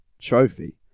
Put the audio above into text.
trophy